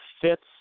fits